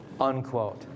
Unquote